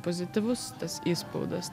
pozityvus tas įspaudas